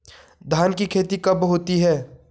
धान की खेती कब होती है?